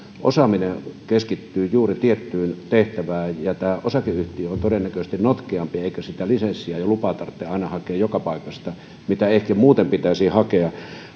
osaaminen keskittyy juuri tiettyyn tehtävään ja tämä osakeyhtiö on todennäköisesti notkeampi eikä sitä lisenssiä ja lupaa aina tarvitse hakea joka paikasta mitä ehkä muuten pitäisi hakea